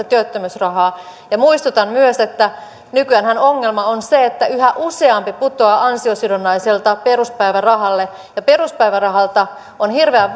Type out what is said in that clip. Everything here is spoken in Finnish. työttömyysrahaa muistutan myös että nykyäänhän ongelma on se että yhä useampi putoaa ansiosidonnaiselta peruspäivärahalle ja peruspäivärahalta on hirveän